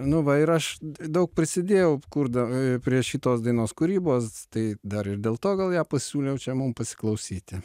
nu va ir aš daug prisidėjau kurda prie šitos dainos kūrybos tai dar ir dėl to gal ją pasiūliau čia mum pasiklausyti